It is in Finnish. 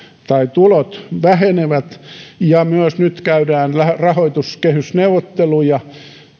tulot vähenevät nyt myös käydään rahoituskehysneuvotteluja